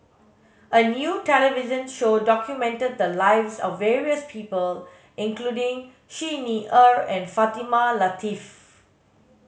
a new television show documented the lives of various people including Xi Ni Er and Fatimah Lateef